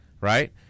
right